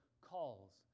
calls